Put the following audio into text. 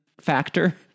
factor